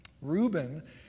Reuben